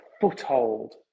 foothold